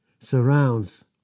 surrounds